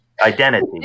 identity